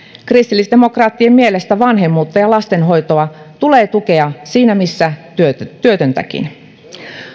kristillisdemokraattien mielestä vanhemmuutta ja lastenhoitoa tulee tukea siinä missä työtöntäkin